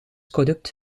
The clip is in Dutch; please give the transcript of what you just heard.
corrupt